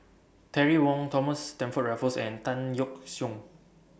Terry Wong Thomas Stamford Raffles and Tan Yeok Seong